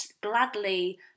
gladly